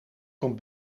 komt